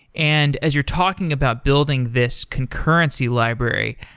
and as you're talking about building this concurrency library,